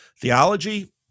Theology